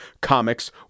comics